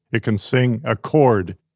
it can sing a chord.